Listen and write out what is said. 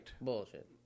Bullshit